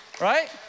right